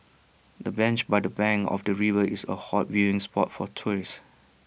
the bench by the bank of the river is A hot viewing spot for tourists